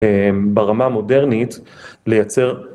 ברמה המודרנית לייצר